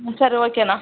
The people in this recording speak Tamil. ம் சரி ஓகே அண்ணா